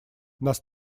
нас